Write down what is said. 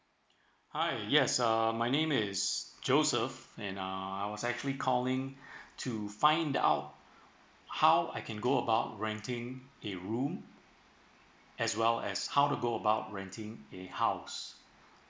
hi yes uh my name is joseph and uh I was actually calling to find out how I can go about renting a room as well as how to go about renting a house